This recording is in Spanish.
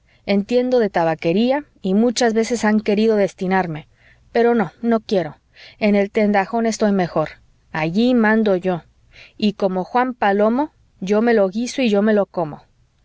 entiendo de tabaquería y muchas veces han querido destinarme pero no no quiero en el tendajón estoy mejor allí mando yo y como juan palomo yo me lo guiso y yo me lo como